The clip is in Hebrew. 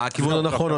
מה הכיוון הנכון?